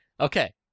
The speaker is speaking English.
Okay